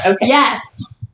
Yes